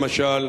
למשל: